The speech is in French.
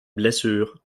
blessure